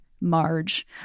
Marge